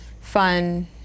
fun